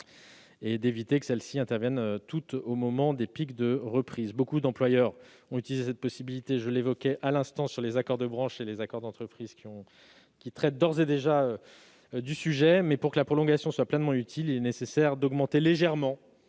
et d'éviter que celles-ci interviennent toutes au moment des pics de reprise. Beaucoup d'employeurs ont utilisé cette possibilité, comme je l'ai souligné en évoquant les accords de branche et les accords d'entreprise qui traitent d'ores et déjà de ce sujet. Pour que la prolongation soit pleinement utile, il est nécessaire d'augmenter légèrement